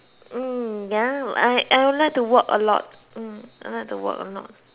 hmm ya I I would like to walk a lot hmm I like to walk a lot